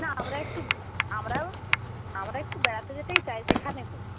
না আমরা একটু আমরাও আমরা একটু বেড়াতে যেতেই চাই যেখানে হোক